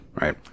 right